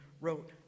wrote